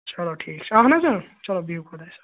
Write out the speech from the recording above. چلو ٹھیٖک شامَن حظ اۭں چلو بِہِو خۄدایَس سوال